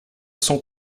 sont